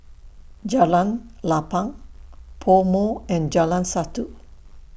Jalan Lapang Pomo and Jalan Satu